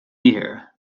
year